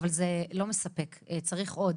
אבל זה לא מספק, צריך עוד.